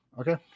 okay